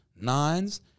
nines